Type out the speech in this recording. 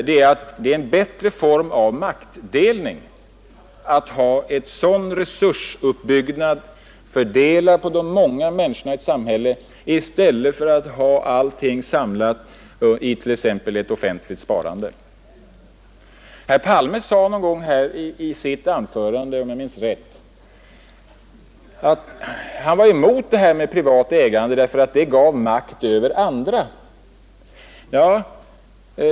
Det är en bättre form av maktdelning att ha en sådan resursuppbyggnad fördelad på de många människorna i stället för att ha allting samlat i t.ex. ett offentligt sparande. Herr Palme sade i sitt anförande, om jag minns rätt, att han tvivlade på privat ägande därför att det gav makt över andra.